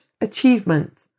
achievement